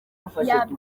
amashanyarazi